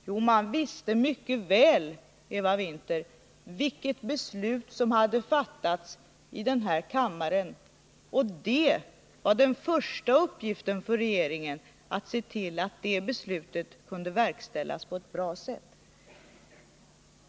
Jo, man visste mycket väl, Eva Winther, vilket beslut som hade fattats i kammaren, och det var regeringens uppgift att se till att det beslutet kunde verkställas på ett bra sätt.